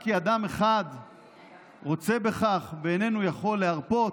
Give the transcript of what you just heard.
רק כי אדם אחד רוצה בכך ואיננו יכול להרפות?